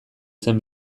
zen